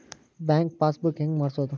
Bank passbook ಹೆಂಗ್ ಮಾಡ್ಸೋದು?